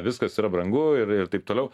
viskas yra brangu ir ir taip toliau